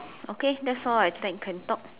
okay that's all I think you can talk